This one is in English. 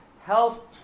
Health